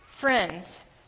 friends